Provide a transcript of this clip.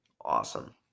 Awesome